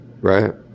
right